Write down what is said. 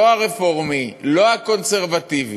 לא הרפורמי, לא הקונסרבטיבי,